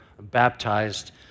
baptized